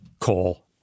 coal